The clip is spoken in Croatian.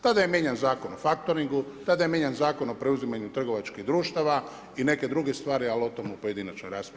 Tada je mijenjan Zakon o faktoringu, tada je mijenjan Zakon o preuzimanju trgovačkih društava i nekih drugih stvari, ali o tome u pojedinačnoj raspravi.